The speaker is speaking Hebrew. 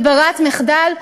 כברירת מחדל,